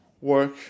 work